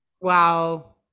Wow